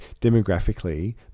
demographically